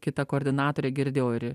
kita koordinatorė girdėjau ir